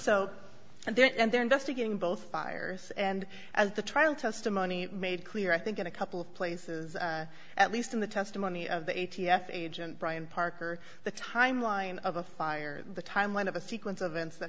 so there and they're investigating both fires and at the trial testimony made clear i think in a couple of places at least in the testimony of the a t f agent brian parker the timeline of a fire the timeline of a sequence of events that